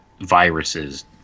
viruses